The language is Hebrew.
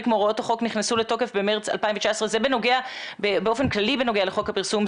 מהוראות החוק נכנסו לתוקף במרץ 2019 - זה באופן כללי בנוגע לחוק הפרסום,